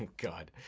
god.